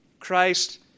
Christ